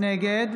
נגד